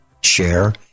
share